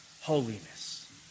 holiness